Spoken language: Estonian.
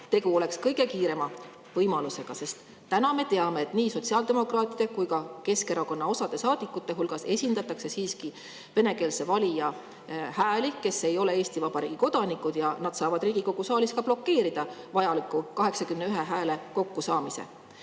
Tegu oleks kõige kiirema võimalusega, sest täna me teame, et osa sotsiaaldemokraatide ja Keskerakonna saadikute hulgas esindatakse siiski venekeelsete valijate hääli, kes ei ole Eesti Vabariigi kodanikud, ja nad saavad Riigikogu saalis blokeerida vajaliku 81 hääle kokkusaamise.